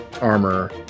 armor